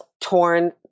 torn